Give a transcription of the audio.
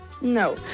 No